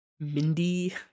Mindy